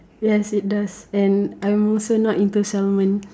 yes it does and I'm also not into salmon